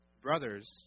brothers